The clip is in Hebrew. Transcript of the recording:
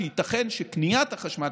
וייתכן שקניית החשמל,